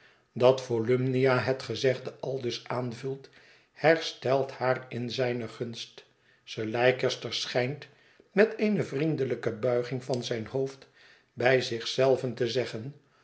dat volumnia het gezegde aldus aanvult herstelt haar in zijne gunst sir leicester schijnt met eene vriendelijke buiging van zijn hoofd bij zich zelven te zeggen